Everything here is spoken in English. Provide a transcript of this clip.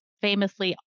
famously